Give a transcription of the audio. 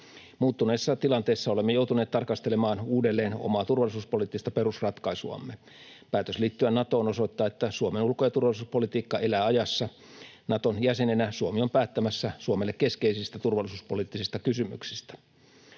Muuttuneessa tilanteessa olemme joutuneet tarkastelemaan uudelleen omaa turvallisuuspoliittista perusratkaisuamme. Päätös liittyä Natoon osoittaa, että Suomen ulko- ja turvallisuuspolitiikka elää ajassa. Naton jäsenenä Suomi on päättämässä Suomelle keskeisistä turvallisuuspoliittisista kysymyksistä.